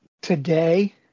today